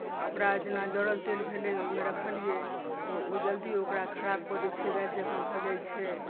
आ ओकरा जेना जड़ल तेल भेलै ओहिमे रखलियै तऽ ओ जल्दी ओकरा खराब कऽ दैत छै गादि जकाँ भऽ जाइत छै